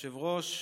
אדוני היושב-ראש,